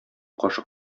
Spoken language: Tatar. кашык